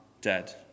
dead